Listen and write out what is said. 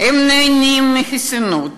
הם נהנים מחסינות,